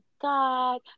God